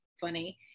funny